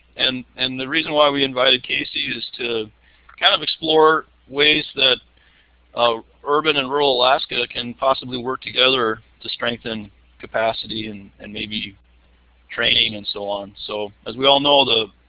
and and the reason why we invited casey is to kind of explore ways that urban and rural alaska can possibly work together to strengthen capacity and and maybe training and so on. so as we all know, the